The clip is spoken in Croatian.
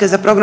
za programsko